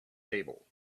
table